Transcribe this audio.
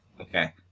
Okay